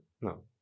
No